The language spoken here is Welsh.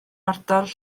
ardal